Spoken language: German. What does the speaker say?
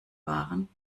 waren